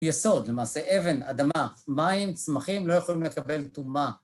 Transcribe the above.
יסוד, למעשה, אבן, אדמה, מים, צמחים, לא יכולים לקבל טומאה.